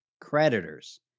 creditors